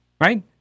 right